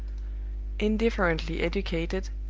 indifferently educated,